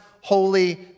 holy